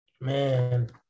Man